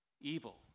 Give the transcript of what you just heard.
evil